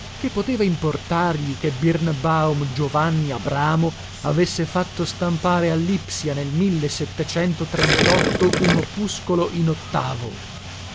che poteva importargli che birnbaum giovanni abramo avesse fatto stampare a lipsia nel un opuscolo in o